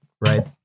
Right